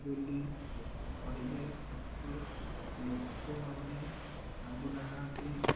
ବୋଲି ଲୋକ କହିବେ କିନ୍ତୁ ଲୋକମାନେ ଭାବୁ ନାହାନ୍ତି